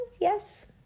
Yes